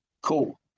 Cool